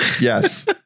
yes